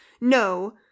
No